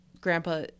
Grandpa